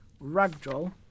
ragdoll